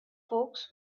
folks